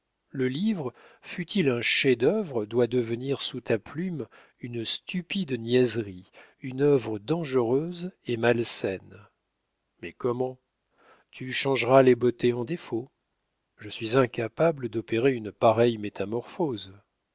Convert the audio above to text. le livre fût-il un chef-d'œuvre doit devenir sous ta plume une stupide niaiserie une œuvre dangereuse et malsaine mais comment tu changeras les beautés en défauts je suis incapable d'opérer une pareille métamorphose